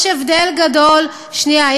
יש הבדל גדול, שנייה.